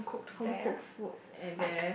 homecooked food and then